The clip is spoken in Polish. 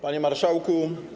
Panie Marszałku!